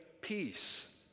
peace